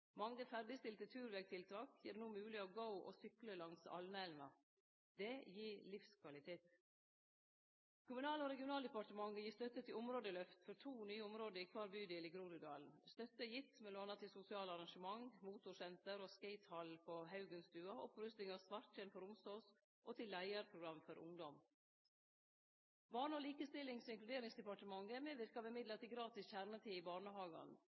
Mange ferdigstilte turvegtiltak gjer det no mogleg å gå og sykle langs Alnaelva. Det gir livskvalitet. Kommunal- og regionaldepartementet gir støtte til områdeløft for to nye område i kvar bydel i Groruddalen. Støtte er gitt m.a. til sosiale arrangement, motorsenter og skatehall på Haugenstua, opprusting av Svartjern på Romsås og til leiarprogram for ungdom. Barne-, likestillings- og inkluderingsdepartementet medverkar med midlar til gratis kjernetid i barnehagane.